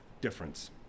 difference